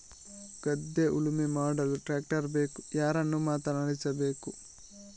ಗದ್ಧೆ ಉಳುಮೆ ಮಾಡಲು ಟ್ರ್ಯಾಕ್ಟರ್ ಬೇಕು ಯಾರನ್ನು ಮಾತಾಡಿಸಬೇಕು?